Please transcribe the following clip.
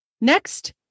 Next